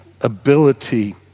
ability